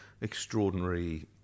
extraordinary